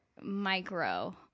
micro